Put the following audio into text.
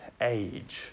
age